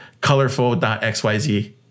Colorful.xyz